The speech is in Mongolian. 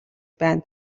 байна